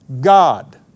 God